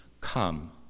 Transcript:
Come